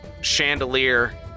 chandelier